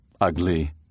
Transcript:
ugly